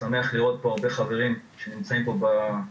אני שמח לראות פה הרבה חברים שנמצאים בדיון.